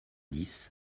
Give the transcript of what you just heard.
dix